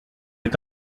est